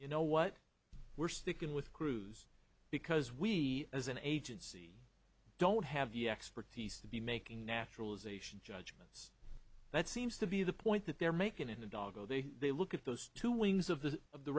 you know what we're sticking with cruise because we as an agency don't have the expertise to be making naturalization judgments that seems to be the point that they're making in the doggo they they look at those two wings of the of the